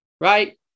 Right